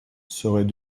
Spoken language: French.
serait